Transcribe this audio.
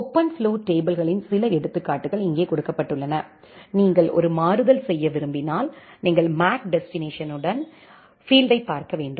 OpenFlow டேபிள்களின் சில எடுத்துக்காட்டுகள் இங்கே கொடுக்கப்பட்டுள்ளன நீங்கள் ஒரு மாறுதல் செய்ய விரும்பினால் நீங்கள் மேக் டெஸ்டினேஷன் பீல்ட்டைப் பார்க்க வேண்டும்